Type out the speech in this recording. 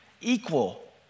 equal